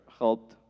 helped